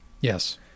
Yes